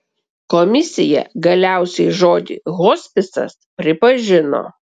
komisija galiausiai žodį hospisas pripažino